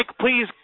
please